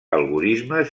algorismes